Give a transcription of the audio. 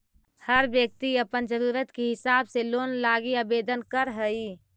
हर व्यक्ति अपन ज़रूरत के हिसाब से लोन लागी आवेदन कर हई